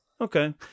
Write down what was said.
Okay